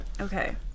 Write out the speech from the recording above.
okay